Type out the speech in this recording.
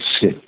sit